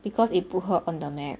because it put her on the map